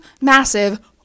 massive